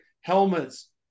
helmets